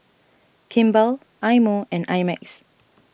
Kimball Eye Mo and I Max